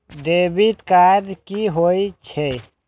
Credit card की होय छै?